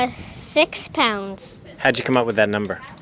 ah six pounds how'd you come up with that number?